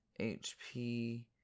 HP